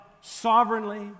sovereignly